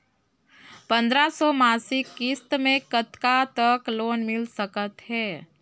पंद्रह सौ मासिक किस्त मे कतका तक लोन मिल सकत हे?